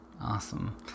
Awesome